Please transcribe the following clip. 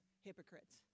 hypocrites